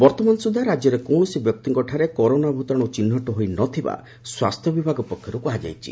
ବର୍ତ୍ତମାନ ସୁଦ୍ଧା ରାକ୍ୟରେ କୌଣସି ବ୍ୟକ୍ତିଙ୍କଠାରେ କରୋନା ଭୂତାଣୁ ଚିହ୍ନଟ ହୋଇନଥିବା ସ୍ୱାସ୍ଥ୍ୟ ବିଭାଗ ପକ୍ଷରୁ କୁହାଯାଇଛି